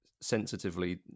sensitively